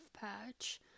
patch